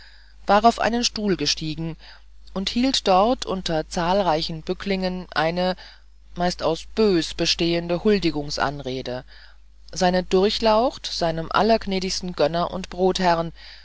auf einen stuhl gestiegen und hielt dort unter zahlreichen bücklingen eine zumeist aus böhs bestehende huldigungsanrede an seine durchlaucht seinen allergnädigsten gönner und brotherren